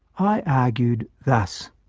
i argued thus.